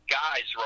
guys